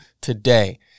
today